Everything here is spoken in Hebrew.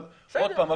אבל עוד פעם,